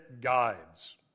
guides